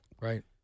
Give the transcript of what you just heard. Right